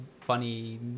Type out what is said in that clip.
funny